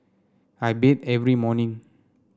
I bathe every morning